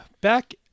back